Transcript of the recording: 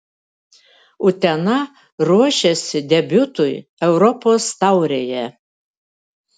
utena ruošiasi debiutui europos taurėje